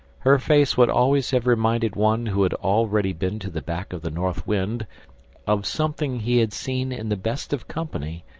her face would always have reminded one who had already been to the back of the north wind of something he had seen in the best of company,